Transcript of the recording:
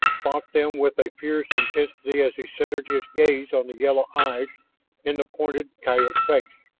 thought them with a fierce intensity as he centered his gaze on the yellow eyes in the pointed coyote face.